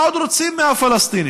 מה עוד רוצים מהפלסטינים?